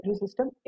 system